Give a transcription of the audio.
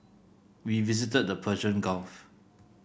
we visited the Persian Gulf